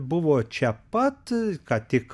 buvo čia pat ką tik